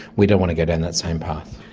we don't want to go down that same path.